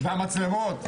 והמצלמות...